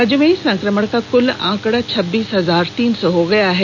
राज्य में संकमण का कुल आंकड़ा छब्बीस हजार तीन सौ हो गया है